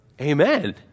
amen